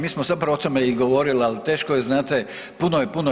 Mi smo zapravo o tome i govorili, ali teško je znate puno je toga.